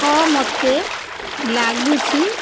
ହଁ ମୋତେ ଲାଗୁଛି